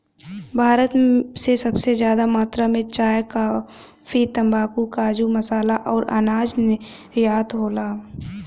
भारत से सबसे जादा मात्रा मे चाय, काफी, तम्बाकू, काजू, मसाला अउर अनाज निर्यात होला